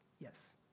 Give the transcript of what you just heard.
yes